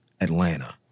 Atlanta